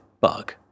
bug